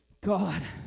God